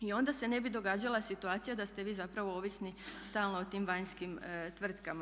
I onda se ne bi događala situacija da ste vi zapravo ovisni stalno o tim vanjskim tvrtkama.